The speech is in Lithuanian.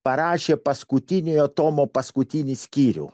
parašė paskutiniojo tomo paskutinį skyrių